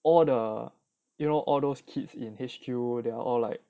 all the you know all those kids in H_Q they are all like